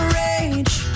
rage